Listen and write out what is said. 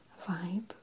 vibe